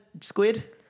squid